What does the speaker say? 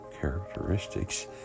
characteristics